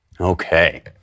Okay